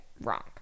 wrong